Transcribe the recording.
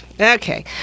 Okay